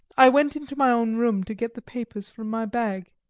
i went into my own room to get the papers from my bag.